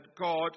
God